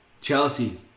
Chelsea